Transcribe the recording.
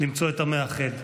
למצוא את המאחד,